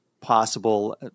possible